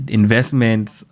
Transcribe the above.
investments